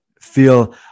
feel